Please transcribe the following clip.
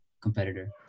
competitor